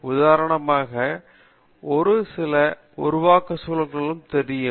உதாரணமாக சில உருவாக்க சூழல்களுக்கு தெரியும்